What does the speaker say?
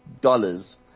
dollars